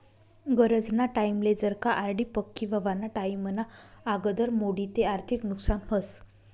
गरजना टाईमले जर का आर.डी पक्की व्हवाना टाईमना आगदर मोडी ते आर्थिक नुकसान व्हस